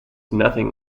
nothing